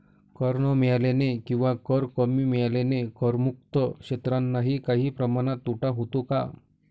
कर न मिळाल्याने किंवा कर कमी मिळाल्याने करमुक्त क्षेत्रांनाही काही प्रमाणात तोटा होतो का?